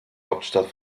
hauptstadt